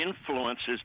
influences